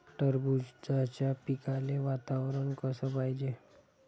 टरबूजाच्या पिकाले वातावरन कस पायजे?